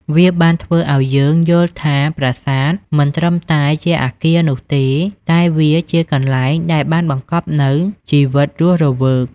វាបានធ្វើឲ្យយើងយល់ថាប្រាសាទមិនត្រឹមតែជាអគារនោះទេ តែវាជាកន្លែងដែលបានបង្កប់នូវជីវិតរស់រវើក។